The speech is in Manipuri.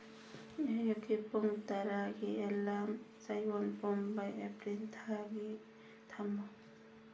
ꯑꯌꯨꯛꯀꯤ ꯄꯨꯡ ꯇꯔꯥꯒꯤ ꯑꯦꯂꯥꯝ ꯆꯌꯣꯜ ꯄꯨꯝꯕ ꯑꯦꯄ꯭ꯔꯤꯜ ꯊꯥꯒꯤ ꯊꯝꯃꯨ